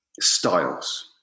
styles